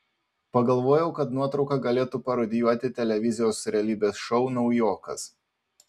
pagalvojau kad nuotrauka galėtų parodijuoti televizijos realybės šou naujokas